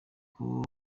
aho